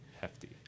Hefty